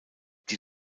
die